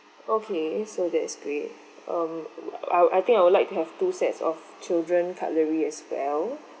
okay so that's great um I I think I would like to have two sets of children cutlery as well